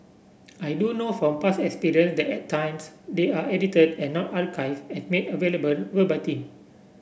I do know from past experience that at times they are edited and are not archived and made available verbatim